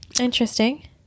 Interesting